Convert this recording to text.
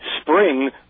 spring